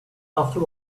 after